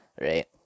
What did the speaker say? Right